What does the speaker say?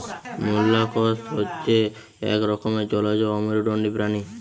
molluscs হচ্ছে এক রকমের জলজ অমেরুদন্ডী প্রাণী